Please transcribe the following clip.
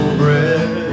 breath